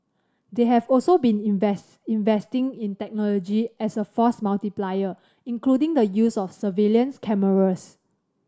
they have also been invest investing in technology as a force multiplier including the use of surveillance cameras